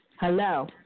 Hello